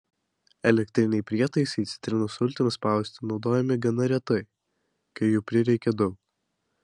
elektriniai prietaisai citrinų sultims spausti naudojami gana retai kai jų prireikia daug